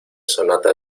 sonata